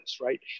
right